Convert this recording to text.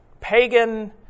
pagan